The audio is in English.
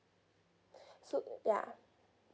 so yeah